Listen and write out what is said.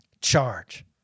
Charge